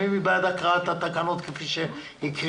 מי בעד התקנות כפי שהוקראו,